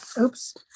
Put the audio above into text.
Oops